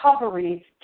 recovery